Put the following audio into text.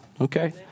Okay